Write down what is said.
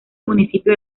municipio